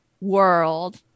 world